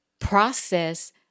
process